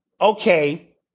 okay